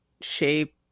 shape